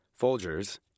Folgers